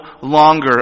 longer